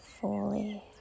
fully